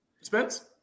Spence